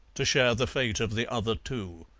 to share the fate of the other two.